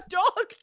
dog